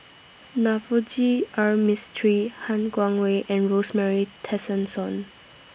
Navroji R Mistri Han Guangwei and Rosemary Tessensohn